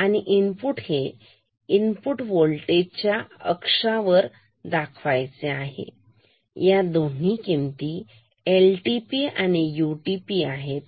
आणि इनपुट हे इनपुट वोल्टेजच्या अक्ष वर दाखवायचे आहे या दोन्ही किमती LTP आणि UTP हा आहे